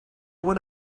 one